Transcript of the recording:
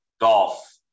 Golf